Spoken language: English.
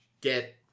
get